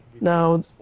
now